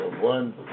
One